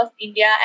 India